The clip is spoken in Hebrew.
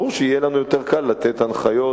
ברור שיהיה לנו יותר קל לתת הנחיות,